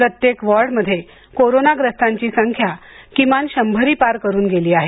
प्रत्येक वॉर्डमध्ये कोरोनाग्रस्तांची संख्या किमान शंभरी पार करून गेली आहे